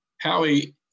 Howie